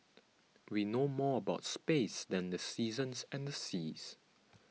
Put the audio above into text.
we know more about space than the seasons and the seas